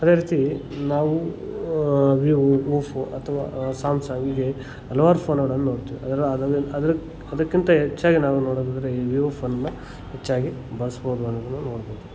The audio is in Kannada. ಅದೇ ರೀತಿ ನಾವು ವಿವೋ ಅಥವಾ ಸ್ಯಾಮ್ಸಂಗ್ ಹೀಗೆ ಹಲವಾರ್ ಫೋನುಗಳನ್ನು ನೋಡ್ತೀವಿ ಅದ್ರಲ್ಲಿ ಅದ್ರಲಿಂದ ಅದರ ಅದಕ್ಕಿಂತ ಹೆಚ್ಚಾಗಿ ನಾವು ನೋಡೋದಂದರೆ ಈ ವಿವೋ ಫೋನನ್ನು ಹೆಚ್ಚಾಗಿ ಬಳಸ್ಬೋದು ಅನ್ನೋದನ್ನು ನೋಡ್ಬೋದು